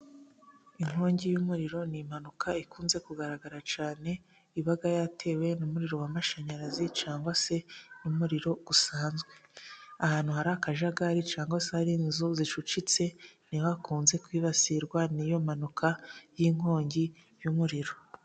Inkongi y'umuriro ni impanuka ikunze kugaragara cyane, iba yatewe n'umuriro w'amashanyarazi cyangwa se umuriro gusanzwe. Ahantu hari akajagari cyangwa se hari inzu zicucitse ni ho hakunze kwibasirwa n'iyo mpanuka y'inkongi y'umuriro.